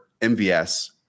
MVS